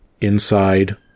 inside